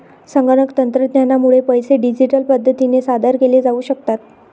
संगणक तंत्रज्ञानामुळे पैसे डिजिटल पद्धतीने सादर केले जाऊ शकतात